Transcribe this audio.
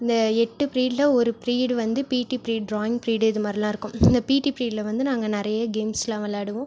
இந்த எட்டு ப்ரீடில் ஒரு ப்ரீட் வந்து பீடி பீரியட் ட்ராயிங் பீரியட் இது மாதிரிலாம் இருக்கும் இந்த பீடி ப்ரீடில் வந்து நாங்கள் நிறைய கேம்ஸெலாம் விளாடுவோம்